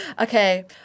Okay